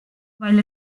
while